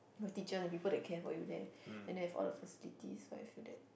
your teacher and we put the care for you there and there have all the facilities so I feel that